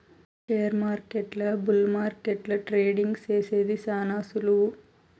షేర్మార్కెట్ల బుల్ మార్కెట్ల ట్రేడింగ్ సేసేది శాన సులువు